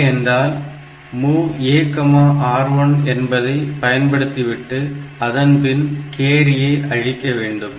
இல்லையென்றால் MOV AR1 என்பதை பயன்படுத்திவிட்டு அதன்பின் கேரியை அழிக்க வேண்டும்